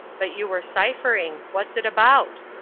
but you are ciphering what's it about?